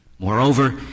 Moreover